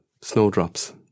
Snowdrops